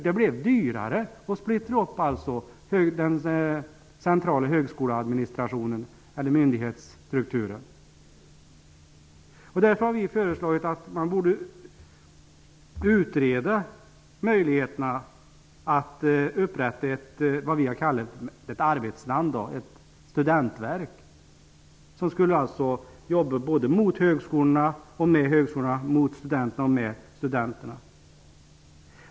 Det blev dyrare att splittra den centrala myndighetsstrukturen. Därför har vi föreslagit att man borde utreda möjligheterna att upprätta ett studentverk. Det är det arbetsnamn vi har gett det. Det skulle jobba både mot högskolorna och med högskolorna, mot studenterna och med studenterna.